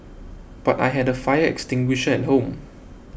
but I had a fire extinguisher at home